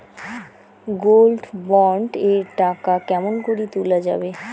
Gold bond এর টাকা কেমন করি তুলা যাবে?